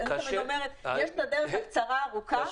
יש הדרך הקצרה-הארוכה ויש הארוכה-הקצרה.